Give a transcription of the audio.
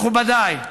מכובדיי,